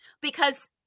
Because-